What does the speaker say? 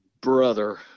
brother